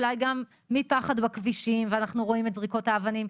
אולי גם מרוב הפחד בכבישים ואנחנו רואים את זריקות האבנים.